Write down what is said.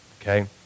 okay